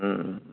ꯎꯝ